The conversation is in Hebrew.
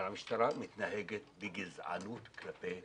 אבל המשטרה מתנהגת בגזענות כלפי